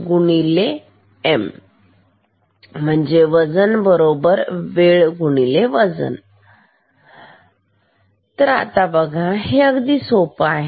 wx t x m हे इतकी सोपे आहे